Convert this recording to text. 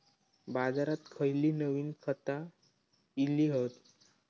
बाजारात खयली नवीन खता इली हत?